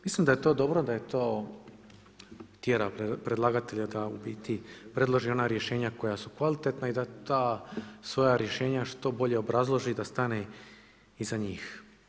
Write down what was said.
Mislim da je to dobro da je to tjera predlagatelja da u biti prelože ona rješenja koja su kvalitetna i da ta svoje rješenja što bolje obrazloži i da stane iza njih.